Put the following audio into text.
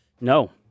No